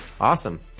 Awesome